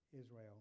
Israel